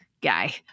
guy